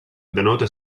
denota